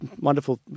wonderful